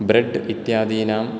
bread इत्यादीनां